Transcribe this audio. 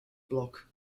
block